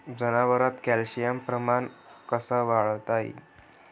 जनावरात कॅल्शियमचं प्रमान कस वाढवता येईन?